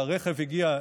הרכב הגיע,